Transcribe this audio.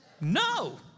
no